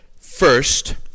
First